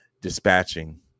dispatching